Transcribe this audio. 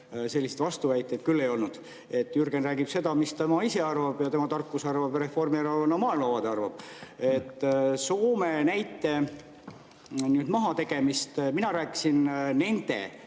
Selliseid vastuväiteid küll ei olnud. Jürgen räägib seda, mis ta ise arvab, tema tarkus arvab ja Reformierakonna maailmavaade arvab. Soome näite mahategemisest. Mina rääkisin nende